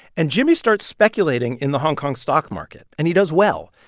and jimmy starts speculating in the hong kong stock market. and he does well.